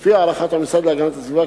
לפי הערכת המשרד להגנת הסביבה,